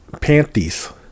panties